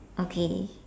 okay